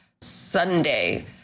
Sunday